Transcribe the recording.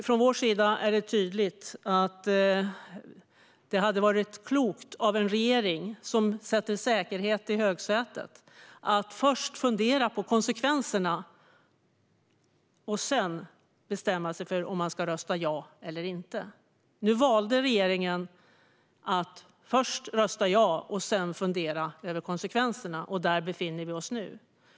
Från vår sida är det tydligt att det hade varit klokt av en regering som sätter säkerhet i högsätet att först fundera på konsekvenserna och sedan bestämma sig för om man ska rösta ja eller inte. Nu valde regeringen att först rösta ja och sedan fundera över konsekvenserna. Där befinner vi oss nu.